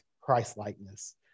Christ-likeness